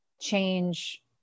Change